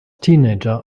teenager